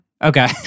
Okay